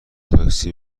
تاکسی